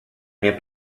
mia